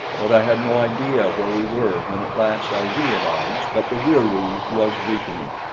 but i had no idea where we were when at last i realized that the wieroo was weakening.